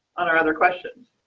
on our other questions.